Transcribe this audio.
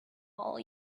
all